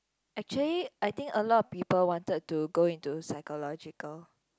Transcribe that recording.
actually I think a lot of people wanted to go into psychological